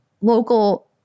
local